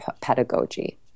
pedagogy